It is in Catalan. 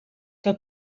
que